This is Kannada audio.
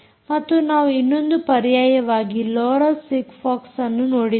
ಮತ್ತು ನಾವು ಇನ್ನೊಂದು ಪರ್ಯಾಯವಾಗಿ ಲೋರ ಸಿಗ್ಫೋಕ್ಸ್ಅನ್ನು ನೋಡಿದ್ದೇವೆ